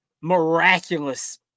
miraculous